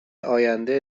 آینده